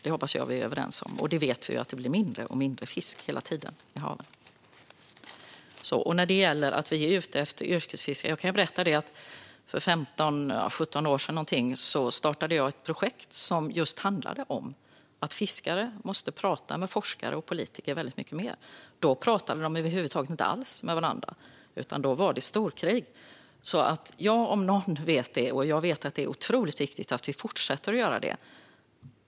Det hoppas jag att vi är överens om. Vi vet ju att det blir mindre och mindre fisk hela tiden i haven. När det gäller att vi är ute efter yrkesfiskarna kan jag berätta att för 15-17 år sedan startade jag ett projekt som handlade om att fiskare måste prata mer med forskare och politiker. Då pratade de över huvud taget inte med varandra, utan då var det storkrig. Jag, om någon, vet att det är otroligt viktigt att vi fortsätter att prata.